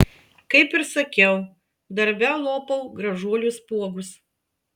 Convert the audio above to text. kaip ir sakiau darbe lopau gražuolių spuogus